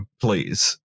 please